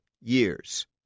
years